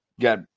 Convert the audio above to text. got